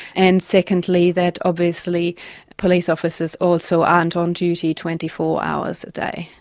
and secondly, that obviously police officers also aren't on duty twenty four hours a day.